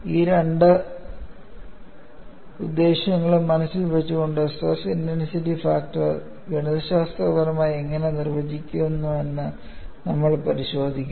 ഈ രണ്ട് ഉദ്ദേശ്യങ്ങളും മനസ്സിൽ വെച്ചുകൊണ്ട് സ്ട്രെസ് ഇന്റൻസിറ്റി ഫാക്ടർ ഗണിതശാസ്ത്രപരമായി എങ്ങനെ നിർവചിക്കപ്പെടുന്നുവെന്ന് നമ്മൾ പരിശോധിക്കും